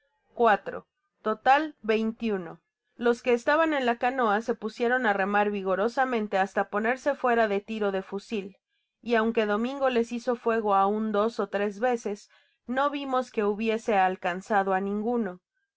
muertos total los que estaban en la canoa se pusieron á remar vigorosamente hasta ponerse fuera de tiro de fusil y aunque domingo les hizo fuego aun dos ó tres veces no vimos que hubiese alcanzado á ninguno